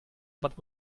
but